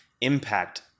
impact